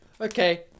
Okay